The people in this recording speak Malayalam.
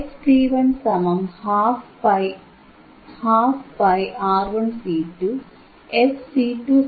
ഇനി fC112πR1C2